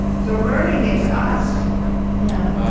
so learning is us yeah